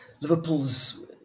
Liverpool's